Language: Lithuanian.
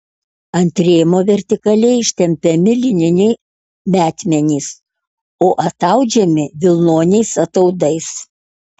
ant rėmo vertikaliai ištempiami lininiai metmenys o ataudžiami vilnoniais ataudais